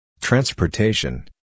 Transportation